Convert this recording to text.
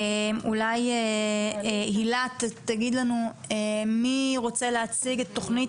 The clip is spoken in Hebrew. אולי הילה תגיד לנו מי רוצה להציג את תכנית